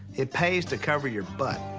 it pays to cover your butt.